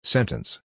Sentence